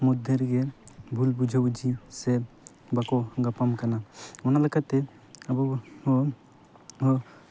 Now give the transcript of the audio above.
ᱢᱚᱫᱽᱫᱷᱮ ᱨᱮᱜᱮ ᱵᱷᱩᱞ ᱵᱩᱡᱷᱟᱹ ᱵᱩᱡᱷᱤ ᱥᱮ ᱵᱟᱠᱚ ᱜᱟᱯᱟᱱ ᱠᱟᱱᱟ ᱚᱱᱟ ᱞᱮᱠᱟ ᱛᱮ ᱟᱵᱚ ᱦᱚᱸ ᱦᱚᱸ